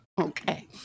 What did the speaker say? Okay